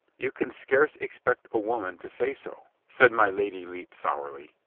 you can scarce expect a woman to say so, said my lady lepe sourly.